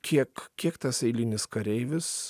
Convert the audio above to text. kiek kiek tas eilinis kareivis